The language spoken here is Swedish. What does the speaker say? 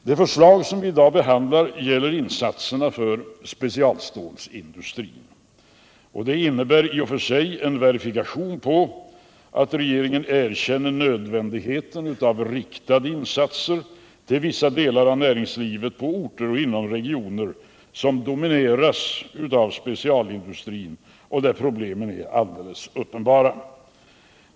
Det förslag som vi i dag behandlar gäller insatserna för specialstål industrin, och det innebär i och för sig en verifikation på att regeringen erkänner nödvändigheten av riktade insatser till vissa delar av näringslivet på orter och inom regioner som domineras av specialstålindustrin, där problemen är alldeles uppenbara.